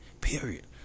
period